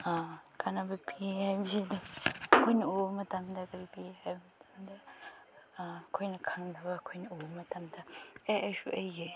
ꯀꯥꯟꯅꯕ ꯄꯤꯌꯦ ꯍꯥꯏꯕꯁꯤꯗꯤ ꯑꯩꯈꯣꯏꯅ ꯎꯕ ꯃꯇꯝꯗ ꯀꯔꯤ ꯀꯔꯤ ꯍꯥꯏꯕ ꯀꯥꯟꯗ ꯑꯩꯈꯣꯏꯅ ꯈꯪꯗꯕ ꯑꯩꯈꯣꯏꯅ ꯎꯕ ꯃꯇꯝꯗ ꯑꯦ ꯑꯩꯁꯨ ꯑꯩꯒꯤ